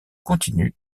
continue